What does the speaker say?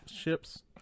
ships